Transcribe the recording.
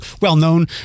well-known